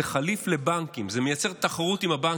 זה חליף לבנקים, זה מייצר תחרות עם הבנקים.